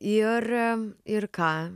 ir ir ką